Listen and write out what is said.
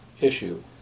issue